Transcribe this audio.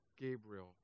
Gabriel